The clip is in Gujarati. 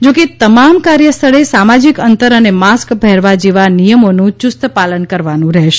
જોકે તમામ કાર્યસ્થળે સામાજિક અંતર અને માસ્ક પહેરવા જેવા નિયમોનું યુસ્તપાલન કરવાનું રહેશે